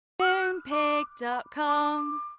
Moonpig.com